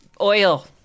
oil